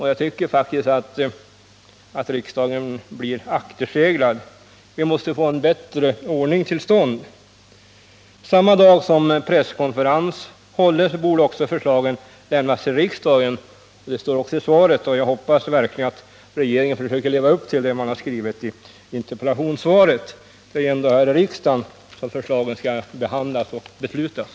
Jag tycker faktiskt att riksdagen blir akterseglad. Vi måste få en bättre ordning till stånd. Samma dag som presskonferens hålls borde också förslagen lämnas till riksdagen. Detta står också i svaret, och jag hoppas verkligen att regeringen försöker leva upp till vad som skrivits i interpellationssvaret. Det är ändå här i riksdagen som förslagen skall behandlas och avgöras.